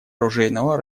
оружейного